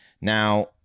Now